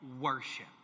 worship